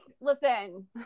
listen